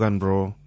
bro